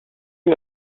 lui